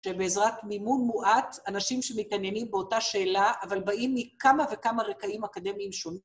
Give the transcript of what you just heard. שבעזרת מימון מועט, אנשים שמתעניינים באותה שאלה, אבל באים מכמה וכמה רקעים אקדמיים שונים.